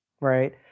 right